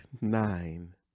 nine